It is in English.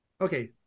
okay